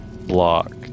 block